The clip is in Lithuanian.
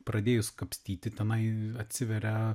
pradėjus kapstyti tenai atsiveria